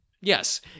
Yes